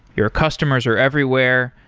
your customers are everywhere.